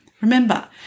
Remember